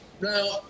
now